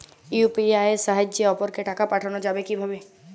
UPI এর সাহায্যে অপরকে টাকা পাঠানো যাবে কিভাবে?